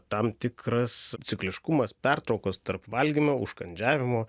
tam tikras cikliškumas pertraukos tarp valgymo užkandžiavimo